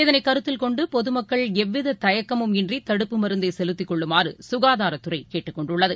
இதனைக் கருத்தில் கொண்டு பொதுமக்கள் எவ்விததயக்கமும் இன்றி தடுப்பு மருந்தைசெலுத்திக் கொள்ளுமாறுசுகாதாரத்துறைகேட்டுக் கொண்டுள்ளது